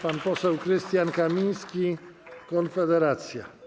Pan poseł Krystian Kamiński, Konfederacja.